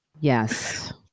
yes